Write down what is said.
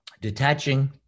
Detaching